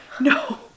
No